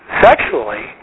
sexually